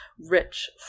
rich